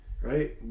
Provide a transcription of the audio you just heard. Right